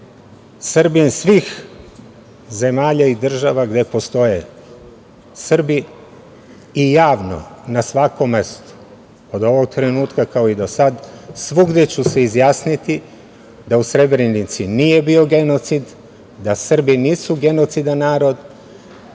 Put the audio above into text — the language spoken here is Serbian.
Srbin svih zemalja i država gde postoje Srbi i javno na svakom mestu, od ovog trenutka kao i do sada, svugde ću se izjasniti da u Srebrnici nije bio genocid, da Srbi nisu genocidan narod.